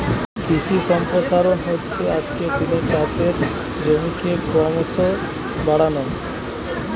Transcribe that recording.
কৃষি সম্প্রসারণ হচ্ছে আজকের দিনে চাষের জমিকে ক্রোমোসো বাড়ানো